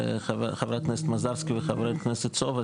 לחברת הכנסת מזרסקי וחבר הכנסת סובה